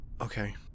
Okay